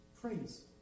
praise